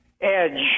Edge